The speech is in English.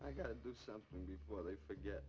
i got to do something before they forget